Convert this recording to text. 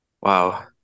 wow